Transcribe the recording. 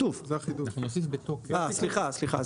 סליחה,